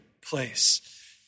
place